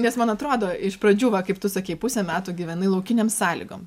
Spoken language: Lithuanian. nes man atrodo iš pradžių va kaip tu sakei pusę metų gyvenai laukinėm sąlygom